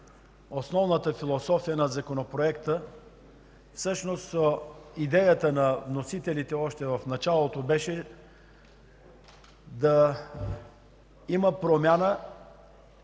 основната философия на Законопроекта. Всъщност идеята на вносителите още в началото беше да има промяна